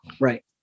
Right